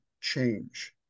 change